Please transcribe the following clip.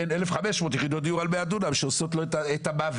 אלף חמש מאות יחידות דיור על מאה דונם שעושות לו את המוות,